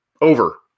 over